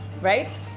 right